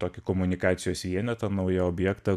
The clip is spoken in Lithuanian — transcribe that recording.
tokį komunikacijos vienetą naują objektą